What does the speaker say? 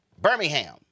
Birmingham